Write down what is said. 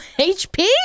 HP